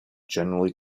generally